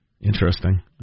Interesting